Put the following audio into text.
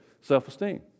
self-esteem